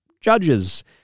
judges